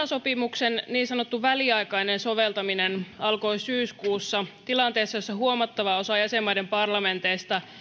sopimuksen niin sanottu väliaikainen soveltaminen alkoi syyskuussa tilanteessa jossa huomattava osa jäsenmaiden parlamenteista